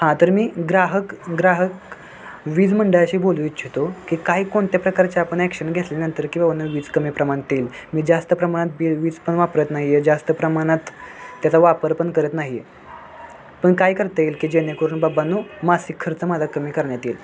हां तर मी ग्राहक ग्राहक वीज मंडळाशी बोलू इच्छितो की काही कोणत्या प्रकारची आपण ॲक्शन घेतल्यानंतर की बाबानो वीज कमी प्रमाणात येईल मी जास्त प्रमाणातबी वीज पण वापरत नाही आहे जास्त प्रमाणात त्याचा वापर पण करत नाही आहे पण काय करता येईल की जेणेकरून बाबांनो मासिक खर्च माझा कमी करण्यात येईल